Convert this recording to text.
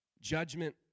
judgment